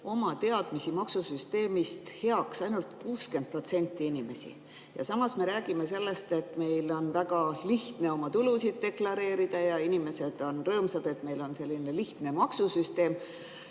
oma teadmisi maksusüsteemist heaks ainult 60% inimesi. Samas me räägime sellest, et meil on väga lihtne oma tulusid deklareerida ja inimesed on rõõmsad, et meil on selline lihtne maksusüsteem.